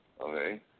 Okay